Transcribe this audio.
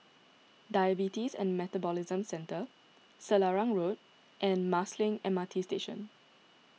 Diabetes and Metabolism Centre Selarang Road and Marsiling M R T Station